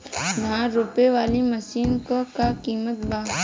धान रोपे वाली मशीन क का कीमत बा?